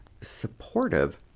supportive